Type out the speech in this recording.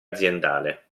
aziendale